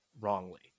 wrongly